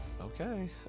Okay